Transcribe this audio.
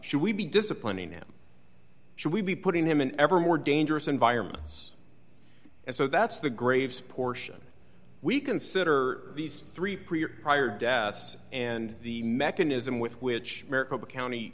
should we be disciplining him should we be putting him in ever more dangerous environments and so that's the graves portion we consider these three pre or prior deaths and the mechanism with which maricopa county